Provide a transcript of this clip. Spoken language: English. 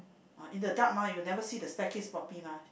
uh in the dark mah you never see the staircase properly mah